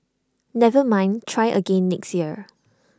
never mind try again next year